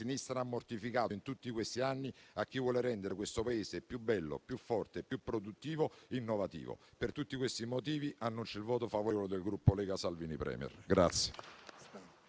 sinistra ha mortificato in tutti questi anni a chi vuole rendere questo Paese più bello, più forte, più produttivo e innovativo. Per tutti questi motivi annuncio il voto favorevole del Gruppo Lega-Salvini Premier-Partito